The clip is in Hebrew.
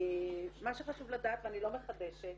מה שחשוב לדעת ואני לא מחדשת,